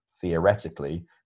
theoretically